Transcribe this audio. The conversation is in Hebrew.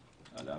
ועברית.